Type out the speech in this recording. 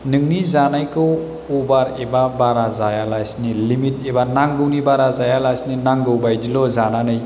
नोंनि जानायखौ अभार एबा बारा जायालासिनो लिमिट एबा नांगौनि बारा जायालासिनो नांगौ बायदिल' जानानै